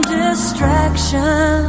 distraction